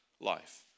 life